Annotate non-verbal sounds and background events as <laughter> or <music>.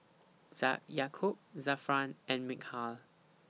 <unintelligible> Yaakob Zafran and Mikhail